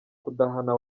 kudahana